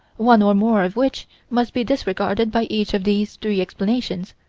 one or more of which must be disregarded by each of these three explanations,